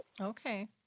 okay